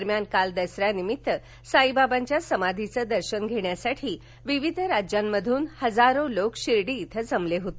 दरम्यान काल दसऱ्यानिमित्त साईबाबांच्या समाधीचं दर्शन घेण्यासाठी विविध राज्यांमधून हजारो लोक शिर्डी इथं जमले होते